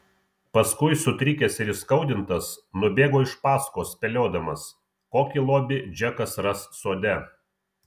paskui sutrikęs ir įskaudintas nubėgo iš paskos spėliodamas kokį lobį džekas ras sode